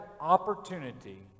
opportunity